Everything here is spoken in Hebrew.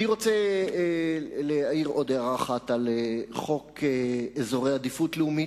אני רוצה להעיר עוד הערה אחת על חוק אזורי עדיפות לאומית,